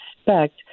expect